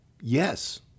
Yes